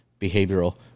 behavioral